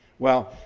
well,